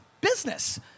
business